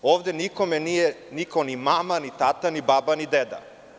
Ovde niko nikome nije ni mama, ni tata, ni baba, ni deda.